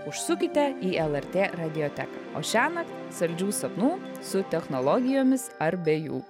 užsukite į lrt radioteką o šiąnakt saldžių sapnų su technologijomis ar be jų